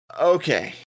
Okay